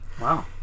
Wow